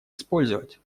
использовать